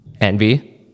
Envy